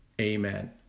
Amen